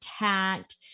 attacked